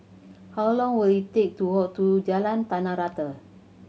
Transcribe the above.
how long will it take to walk to Jalan Tanah Rata